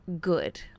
good